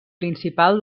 principal